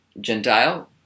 Gentile